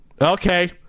okay